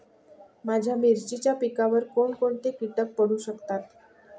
माझ्या मिरचीच्या पिकावर कोण कोणते कीटक पडू शकतात?